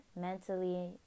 mentally